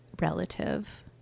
relative